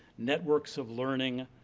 networks of learning,